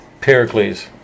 Pericles